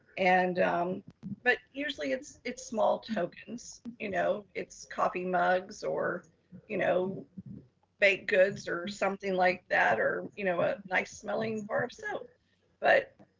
and but usually it's it's small tokens, you know it's coffee mugs or you know baked goods or something like that, or, you know a nice smelling bar of soap. but